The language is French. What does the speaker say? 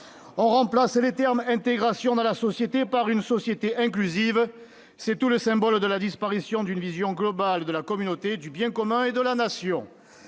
On remplace les termes « intégration dans la société » par « société inclusive »: c'est tout le symbole de la disparition d'une vision globale de la communauté, du bien commun et de la Nation.